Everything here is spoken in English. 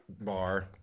Bar